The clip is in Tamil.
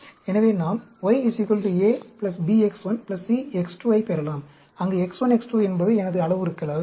எனவே நாம் y a b x 1 c x 2 ஐப் பெறலாம் அங்கு x 1 x 2 என்பது எனது அளவுருக்கள்